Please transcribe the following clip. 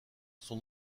son